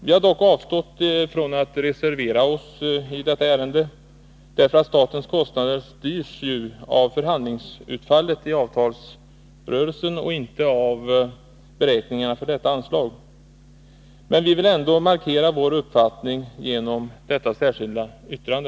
Vi har dock avstått från att reservera oss i detta ärende därför att statens kostnader styrs av förhandlingsutfallet i avtalsrörelsen och inte av beräkningar för detta anslag. Men vi vill ändå markera vår uppfattning genom detta särskilda yttrande.